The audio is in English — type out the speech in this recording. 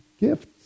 gifts